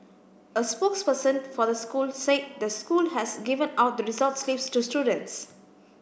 a spokesperson for the school said the school has given out the results slips to students